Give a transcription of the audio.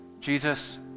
Jesus